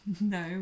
No